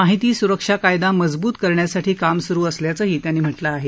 माहिती सुरक्षा कायदा मजबूत करण्यासाठी काम सुरु असल्याचंही त्यांनी म्हटलं आहे